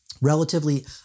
relatively